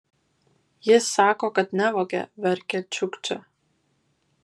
jis sako kad nevogė verčia čiukčia